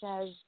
says